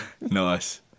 nice